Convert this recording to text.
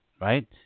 right